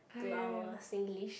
to our Singlish